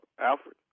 Alfred